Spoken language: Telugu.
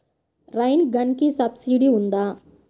రైన్ గన్కి సబ్సిడీ ఉందా?